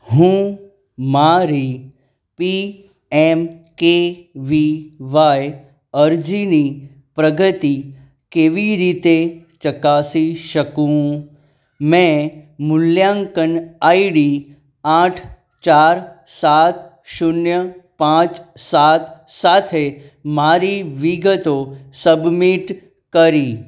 હું મારી P M K V Y અરજીની પ્રગતિ કેવી રીતે ચકાસી શકું મેં મૂલ્યાંકન આઈડી આઠ ચાર સાત શૂન્ય પાંચ સાત સાથે મારી વિગતો સબમિટ કરી